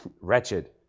wretched